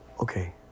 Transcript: Okay